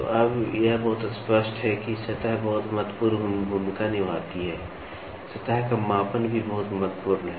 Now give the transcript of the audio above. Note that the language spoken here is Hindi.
तो अब यह बहुत स्पष्ट है कि सतह बहुत महत्वपूर्ण भूमिका निभाती है सतह का मापन भी बहुत महत्वपूर्ण है